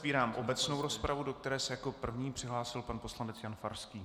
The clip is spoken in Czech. Otevírám obecnou rozpravu, do které se jako první přihlásil pan poslanec Jan Farský.